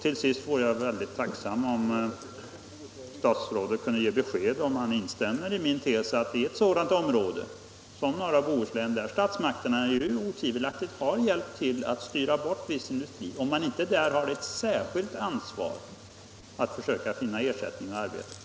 Till sist vore jag mycket tacksam om statsrådet kunde ge besked om han instämmer i min tes: Har man inte i ett sådant område som norra Bohuslän, där statsmakterna otvivelaktigt har hjälpt till att styra bort viss industri, ett särskilt ansvar för att försöka finna ersättningar som kan ge arbete?